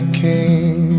king